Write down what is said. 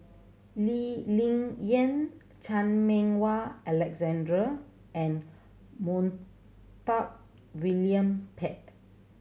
Lee Ling Yen Chan Meng Wah Alexander and Montague William Pett